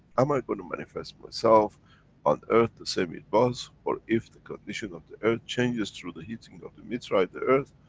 am i gonna manifest myself on earth the same it was? or if the condition of the earth changes through the heating of the meteorite, the earth?